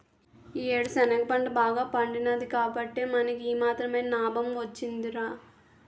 ఈ యేడు శనగ పంట బాగా పండినాది కాబట్టే మనకి ఈ మాత్రమైన నాబం వొచ్చిందిరా